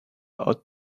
hot